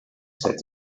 said